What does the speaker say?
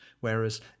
Whereas